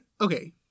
okay